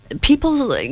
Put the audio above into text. people